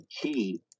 key